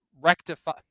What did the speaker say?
Rectify